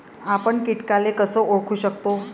आपन कीटकाले कस ओळखू शकतो?